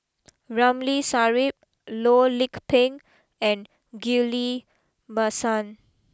Ramli Sarip Loh Lik Peng and Ghillie Basan